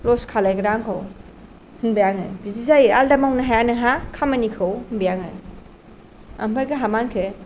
लस खालायग्रा आंखौ होनबाय आङो बिदि जायो आलादा मावनो हाया नोंहा खामानिखौ होनबाय आङो ओमफाय गावहा मा होनखो